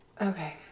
Okay